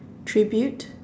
tribute